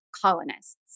colonists